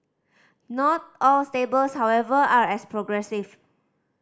not all stables however are as progressive